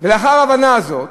ולאחר ההבנה הזאת